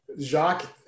Jacques